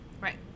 Right